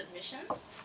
submissions